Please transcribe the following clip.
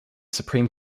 supreme